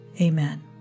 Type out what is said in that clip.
Amen